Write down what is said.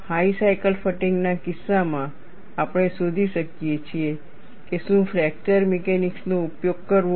high cycle fatigue ના કિસ્સામાં આપણે શોધી શકીએ છીએ કે શું ફ્રેકચર મિકેનિક્સનો ઉપયોગ કરવો